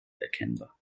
erkennbar